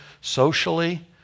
socially